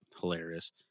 hilarious